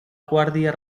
guàrdia